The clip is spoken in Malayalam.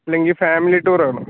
അല്ലെങ്കിൽ ഫാമിലി ടൂറാണോ